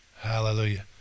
Hallelujah